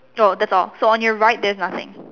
oh that's all so on your right there's nothing